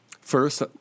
First